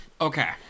okay